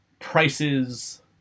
prices